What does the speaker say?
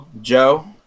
Joe